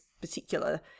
particular